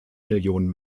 million